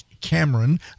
Cameron